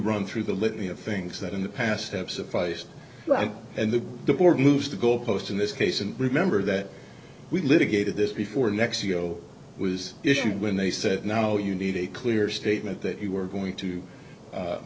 run through the litany of things that in the past have sufficed and that the board moved the goalpost in this case and remember that we litigated this before next you know was issued when they said no you need a clear statement that you were going to